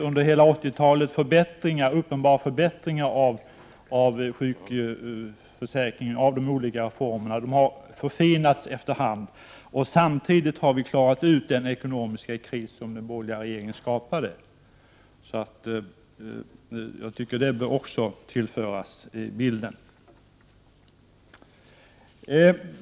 Under hela 80-talet har det skett uppenbara förbättringar av de olika formerna av sjukförsäkringen. Formerna har förfinats efter hand, samtidigt som vi har kommit till rätta med den ekonomiska kris som den borgerliga regeringen skapade, vilket också bör ingå i bilden.